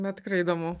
bet tikrai įdomu